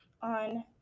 on